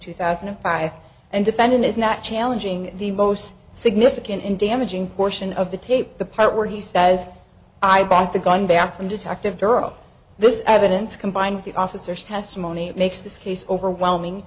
two thousand and five and defendant is not challenging the most significant and damaging portion of the tape the part where he says i bought the gun back from detective girl this evidence combined with the officers testimony makes this case overwhelming